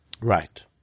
right